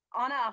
Anna